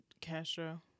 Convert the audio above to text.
Castro